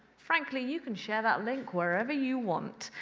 frankly, you can share that link wherever you want.